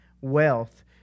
wealth